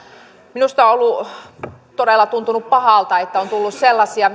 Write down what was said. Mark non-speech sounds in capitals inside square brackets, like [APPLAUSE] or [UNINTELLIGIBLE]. minusta on todella tuntunut pahalta että huolestuneilta kansalaisilta on tullut sellaisia [UNINTELLIGIBLE]